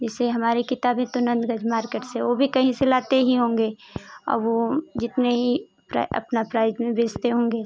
जिससे हमारे किताबें तो नन्द गज मार्केट से वो भी कहीं से लाते ही होंगें अब वो जितने ही प्राई अपना प्राइज में बेचते होंगे